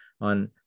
on